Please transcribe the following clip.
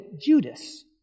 Judas